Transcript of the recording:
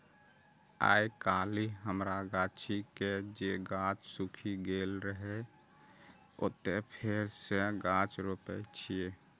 आइकाल्हि हमरा गाछी के जे गाछ सूखि गेल रहै, ओतय फेर सं गाछ रोपै छियै